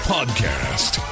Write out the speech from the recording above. Podcast